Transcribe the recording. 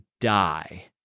die